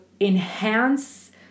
enhance